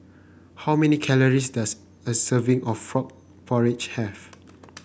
how many calories does a serving of Frog Porridge have